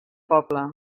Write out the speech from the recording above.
poble